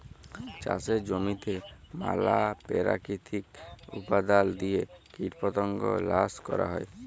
চাষের জমিতে ম্যালা পেরাকিতিক উপাদাল দিঁয়ে কীটপতঙ্গ ল্যাশ ক্যরা হ্যয়